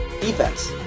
Defense